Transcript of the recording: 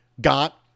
got